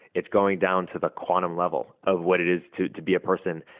it's going down to the quantum level of what it is to to be a person.